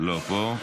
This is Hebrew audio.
לא פה.